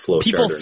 People